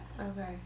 Okay